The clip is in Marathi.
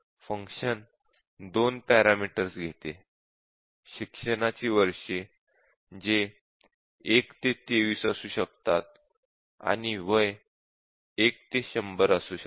फंक्शन 2 पॅरामीटर्स घेते शिक्षणाची वर्षे जे 1 ते 23 असू शकतात आणि वय 1 ते 100 असू शकते